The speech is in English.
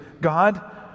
God